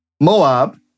Moab